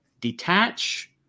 detach